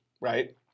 right